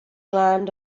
land